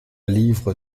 livre